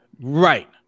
right